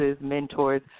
mentors